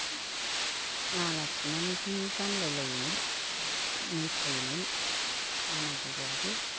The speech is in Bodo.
माला सुनानै गानलायलायोमोन मोसायोमोन जानागुरुआबो